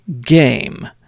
game